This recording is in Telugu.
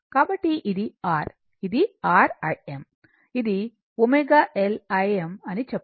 కాబట్టి ఇది R ఇది R Im ఇది ω LIm అని చెప్పండి